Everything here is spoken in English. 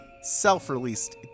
self-released